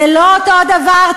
זה לא אותו דבר,